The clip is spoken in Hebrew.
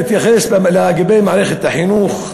נתייחס למערכת החינוך,